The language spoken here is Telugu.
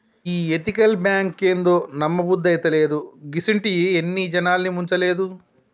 ఈ ఎతికల్ బాంకేందో, నమ్మబుద్దైతలేదు, గిసుంటియి ఎన్ని జనాల్ని ముంచలేదు